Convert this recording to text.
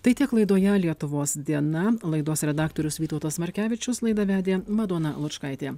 tai tiek laidoje lietuvos diena laidos redaktorius vytautas markevičius laidą vedė madona lučkaitė